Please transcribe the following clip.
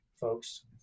folks